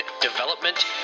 development